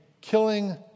killing